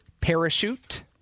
parachute